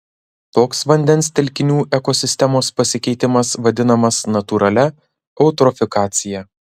toks vandens telkinių ekosistemos pasikeitimas vadinamas natūralia eutrofikacija